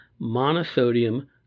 monosodium